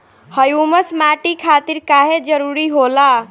Humus माटी खातिर काहे जरूरी होला?